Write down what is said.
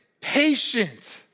patient